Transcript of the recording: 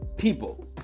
people